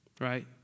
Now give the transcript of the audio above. right